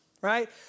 right